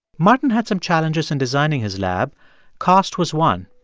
martin had some challenges in designing his lab cost was one.